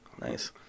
nice